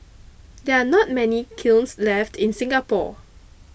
there are not many kilns left in Singapore